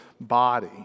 body